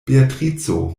beatrico